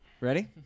Ready